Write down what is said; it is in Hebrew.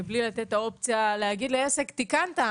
מבלי לתת את האופציה ולומר לעסק תיקנת,